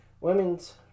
Women's